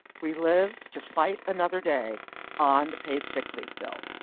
we live to fight another day on the paid sick leave bill.